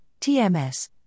TMS